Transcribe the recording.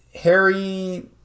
harry